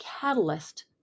catalyst